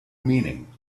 meaning